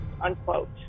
Unquote